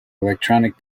electronic